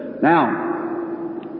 Now